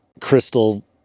crystal